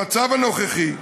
במצב הנוכחי,